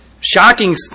shocking